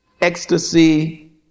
ecstasy